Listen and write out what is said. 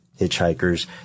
hitchhikers